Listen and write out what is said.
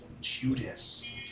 Judas